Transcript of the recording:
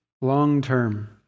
long-term